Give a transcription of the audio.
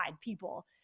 people